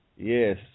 Yes